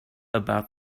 about